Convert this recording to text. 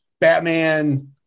batman